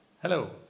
Hello